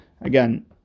again